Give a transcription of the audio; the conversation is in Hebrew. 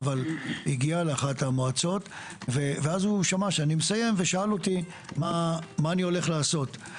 אבל הגיע לאחת המועצות ושאל אותי מה אני הולך לעשות.